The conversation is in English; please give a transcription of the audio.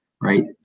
right